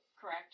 correct